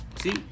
See